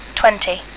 twenty